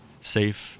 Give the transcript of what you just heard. safe